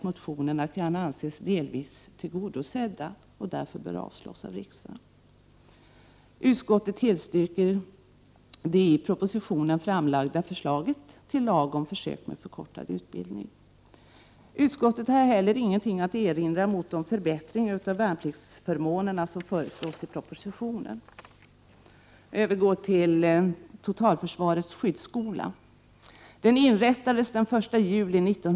Motionerna kan därmed anses delvis tillgodosedda, och de bör därför avslås av riksdagen. Utskottet tillstyrker det i propositionen framlagda förslaget till lag om försök med förkortad grundutbildning. Utskottet har heller inget att erinra mot de förbättringar av värnpliktsförmånerna som föreslås i propositionen.